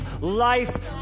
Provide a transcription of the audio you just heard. life